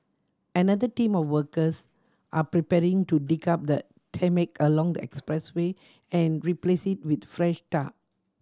another team of workers are preparing to dig up the tarmac along the expressway and replace it with fresh tar